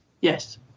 Yes